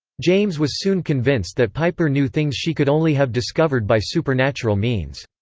james was soon convinced that piper knew things she could only have discovered by supernatural means.